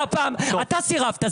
הפעם אתה סירבת,